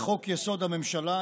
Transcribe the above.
לחוק-יסוד: הממשלה,